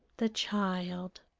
the child.